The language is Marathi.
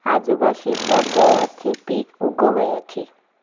आजोबा शेतात गव्हाचे पीक उगवयाचे